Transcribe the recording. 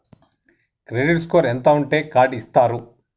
Credit score ఎంత ఉంటే card ఇస్తారు?